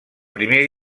primer